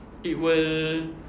it will